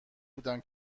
بودم